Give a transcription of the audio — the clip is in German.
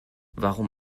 warum